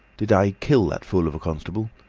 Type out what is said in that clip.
did i kill that fool of a constable?